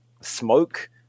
smoke